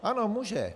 Ano, může.